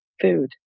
food